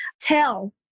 tell